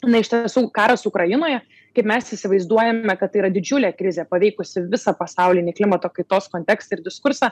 na iš tiesų karas ukrainoje kaip mes įsivaizduojame kad tai yra didžiulė krizė paveikusi visą pasaulinį klimato kaitos kontekstą ir diskursą